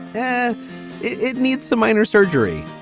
and it needs some minor surgery